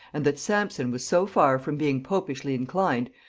and that sampson was so far from being popishly inclined,